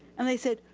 and i said,